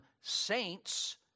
saints